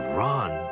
run